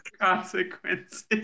consequences